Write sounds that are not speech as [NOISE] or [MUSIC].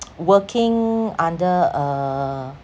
[NOISE] working under a